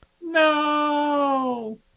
No